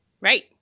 Right